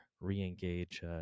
re-engage